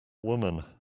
woman